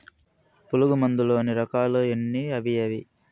పులుగు మందు లోని రకాల ఎన్ని అవి ఏవి?